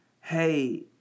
hey